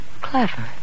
clever